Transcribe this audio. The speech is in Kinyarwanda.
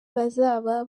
bazaba